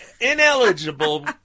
ineligible